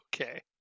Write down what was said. Okay